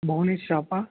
மௌனிஷ் ஷாப்பா